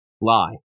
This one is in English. lie